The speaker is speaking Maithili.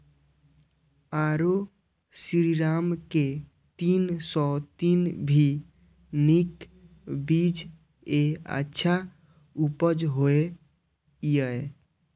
आरो श्रीराम के तीन सौ तीन भी नीक बीज ये अच्छा उपज होय इय?